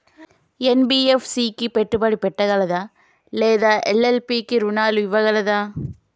NBFC పెట్టుబడి పెట్టగలదా లేదా ఎల్.ఎల్.పి కి రుణాలు ఇవ్వగలదా?